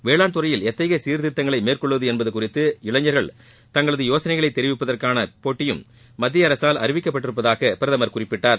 வேளாண்துறையில் எத்தகைய சீர்திருத்தங்களை மேற்கொள்வது என்பது குறித்து இளைஞர்கள் தங்களது யோசனைகளை தெரிவிப்பதற்கான போட்டியும் மத்தியஅரசால் அறிவிக்கப்பட்டிருப்பதாக பிரதமர் குறிப்பிட்டார்